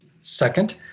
Second